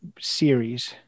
series